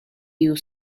you